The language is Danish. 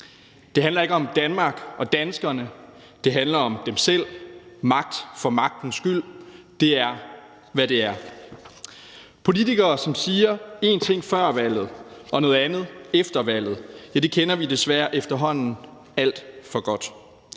Det handler ikke om Danmark og danskerne; det handler om dem selv. Magt for magtens skyld er, hvad det er. Politikere, som siger én ting før et valg og noget andet efter et valg, kender vi desværre efterhånden alt for godt.